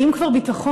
ואם כבר ביטחון,